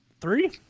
three